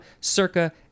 circa